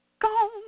gone